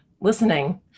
listening